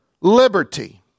liberty